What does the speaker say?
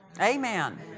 Amen